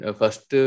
first